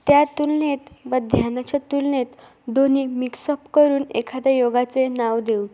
त्या तुलनेत व ध्यानाच्या तुलनेत दोन्ही मिक्सअप करून एखाद्या योगाचे नाव देऊ